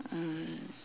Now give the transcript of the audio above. mm